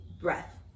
breath